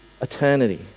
eternity